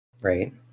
right